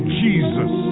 jesus